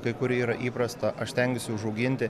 kai kurie yra įprasta aš stengiuosi užauginti